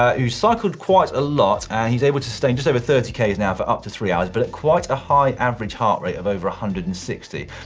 ah who's cycled quite a lot, and he's able to sustain just over thirty k's an hour for up to three hours, but at quite a high average heart rate of over one hundred and sixty.